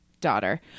daughter